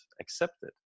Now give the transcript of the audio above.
accepted